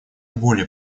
более